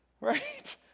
right